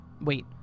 Wait